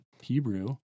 Hebrew